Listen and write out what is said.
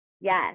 Yes